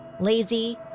lazy